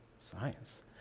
Science